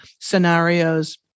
scenarios